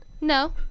no